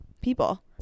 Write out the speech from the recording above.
people